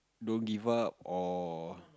don't give up or